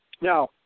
Now